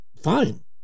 fine